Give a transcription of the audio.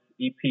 EP